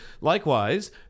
Likewise